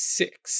six